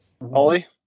Ollie